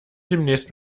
demnächst